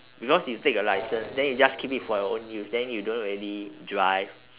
because you take a license then you just keep it for your own use then you don't really drive